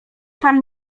pan